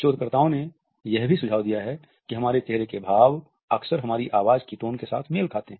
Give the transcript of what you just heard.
शोधकर्ताओं ने यह भी सुझाव दिया है कि हमारे चेहरे के भाव अक्सर हमारी आवाज़ की टोन के साथ मेल खाते हैं